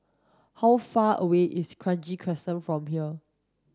how far away is Kranji Crescent from here